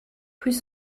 plus